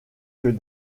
que